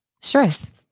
stress